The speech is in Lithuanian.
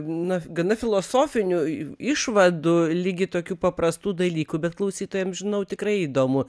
na gana filosofinių išvadų ligi tokių paprastų dalykų bet klausytojams žinau tikrai įdomu